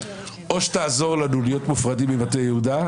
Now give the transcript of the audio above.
או שתעזור לנו להיות מופרדים ממטה יהודה,